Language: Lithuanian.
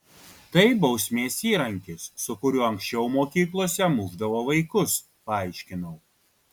tai bausmės įrankis su kuriuo anksčiau mokyklose mušdavo vaikus paaiškinau